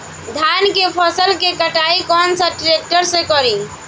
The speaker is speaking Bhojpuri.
धान के फसल के कटाई कौन सा ट्रैक्टर से करी?